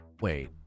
Wait